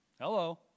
Hello